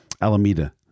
Alameda